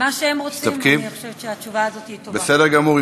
בסדר גמור.